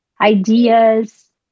ideas